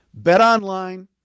BetOnline